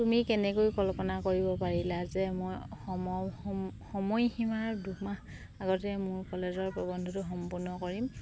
তুমি কেনেকৈ কল্পনা কৰিব পাৰিলা যে মই সমস সময়সীমাৰ দুমাহ আগতে মোৰ কলেজৰ প্ৰৱন্ধটো সম্পূৰ্ণ কৰিম